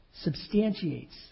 substantiates